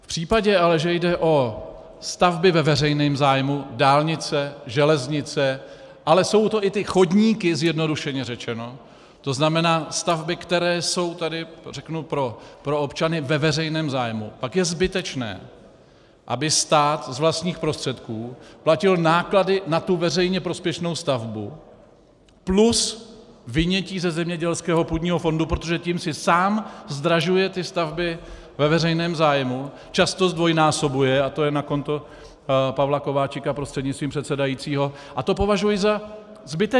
V případě ale, že jde o stavby ve veřejném zájmu dálnice, železnice, ale jsou to i chodníky, zjednodušeně řečeno, tzn. stavby, které tu jsou pro občany ve veřejném zájmu, pak je zbytečné, aby stát z vlastních prostředků platil náklady na veřejně prospěšnou stavbu plus vynětí ze zemědělského půdního fondu, protože tím si sám zdražuje stavby ve veřejném zájmu, často zdvojnásobuje, a to je na konto Pavla Kováčika prostřednictvím předsedajícího, a to považuji za zbytečné.